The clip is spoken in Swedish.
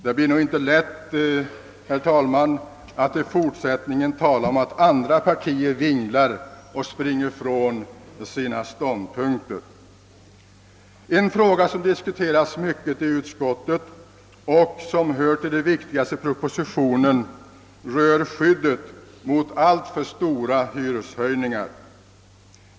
Det blir säkert inte lätt för dem att i fortsättningen tala om att andra partier vinglar och springer ifrån sina ståndpunkter. En fråga som har diskuterats mycket i utskottet och som hör till de viktigaste i propositionen är skyddet mot alltför stora hyreshöjningar.